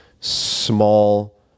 small